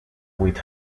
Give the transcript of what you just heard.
with